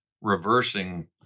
reversing